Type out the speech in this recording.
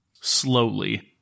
Slowly